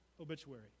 obituary